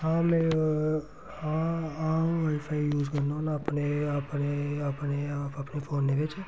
हां में हां हां वाई फाई यूज़ करना होन्नां अपने अपने अपने अपने फोनै बिच्च